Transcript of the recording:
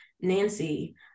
Nancy